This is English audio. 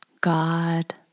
God